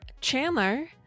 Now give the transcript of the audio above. Chandler